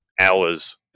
hours